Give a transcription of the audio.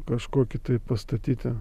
kažkokį tai pastatyti